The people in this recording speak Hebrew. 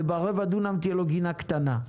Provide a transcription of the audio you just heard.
וברבע דונם תהיה לו גינה קטנה.